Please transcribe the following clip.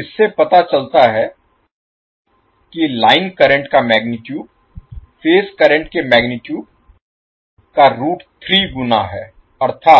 इससे पता चलता है कि लाइन करंट का मैगनीटुड फेज करंट के मैगनीटुड का गुना है अर्थात